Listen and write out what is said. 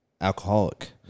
alcoholic